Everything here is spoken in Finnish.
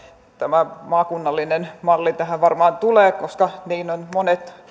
tämä maakunnallinen malli tähän varmaan tulee koska monet